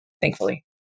thankfully